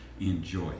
enjoy